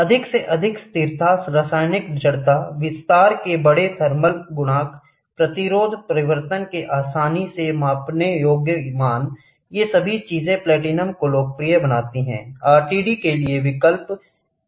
अधिक से अधिक स्थिरता रासायनिक जड़ता विस्तार के बड़े थर्मल गुणांक प्रतिरोध परिवर्तन के आसानी से मापने योग्य मान ये सभी चीजें प्लैटिनम को लोकप्रिय बनाती हैं RTD के लिए विकल्प क्या है